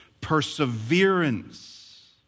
perseverance